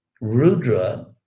Rudra